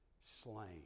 slain